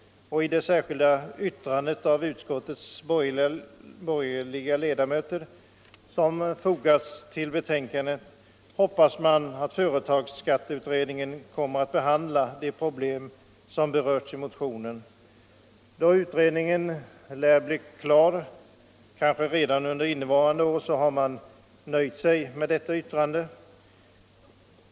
I det särskilda yttrande av utskottets borgerliga ledamöter som fogats till betänkandet hoppas man att företagsskatteberedningen kommer att behandla de problem som berörs i motionen. Då utredningen lär bli klar kanske redan under innevarande år har man nöjt sig med detta yttrande.